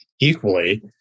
equally